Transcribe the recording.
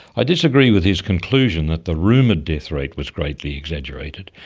i disagree with his conclusion that the rumoured death rate was greatly exaggerated,